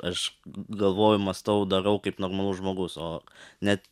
aš galvoju mąstau darau kaip normalus žmogus o net